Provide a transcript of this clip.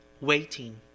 waiting